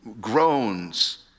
groans